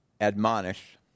admonish